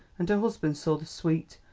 and her husband saw the sweet,